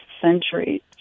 century